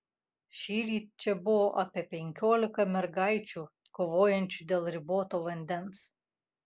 šįryt čia buvo apie penkiolika mergaičių kovojančių dėl riboto vandens